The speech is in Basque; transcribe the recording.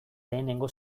lehenengo